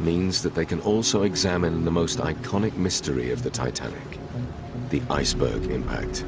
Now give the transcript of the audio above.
means that they can also examine the most iconic mystery of the titanic the iceberg impact.